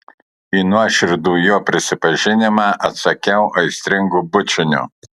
į nuoširdų jo prisipažinimą atsakiau aistringu bučiniu